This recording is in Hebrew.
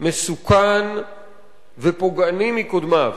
מסוכן ופוגעני מקודמיו.